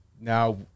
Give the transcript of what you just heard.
now